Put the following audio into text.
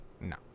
No